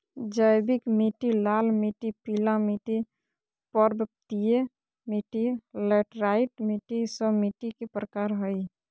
जैविक मिट्टी, लाल मिट्टी, पीला मिट्टी, पर्वतीय मिट्टी, लैटेराइट मिट्टी, सब मिट्टी के प्रकार हइ